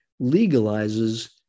legalizes